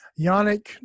Yannick